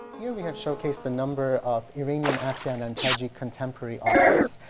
here we have showcased a number of iranian, afghan, and tajik contemporary authors.